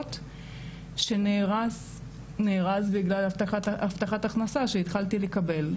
הכנסות שנהרס בגלל הבטחת הכנסה שהתחלתי לקבל,